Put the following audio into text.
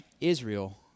Israel